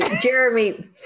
Jeremy